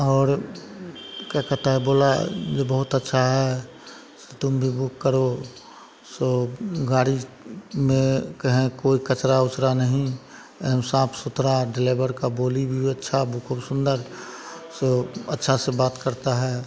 और क्या कहता है बोला यह बहुत अच्छा है तुम भी बुक करो सो गाड़ी में कहें कोई कचरा उचरा नहीं एम साफ़ सुथरा डेलेवर का बोली भी अच्छा खूब सुंदर सो अच्छा से बात करता है